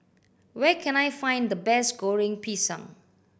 where can I find the best Goreng Pisang